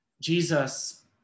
Jesus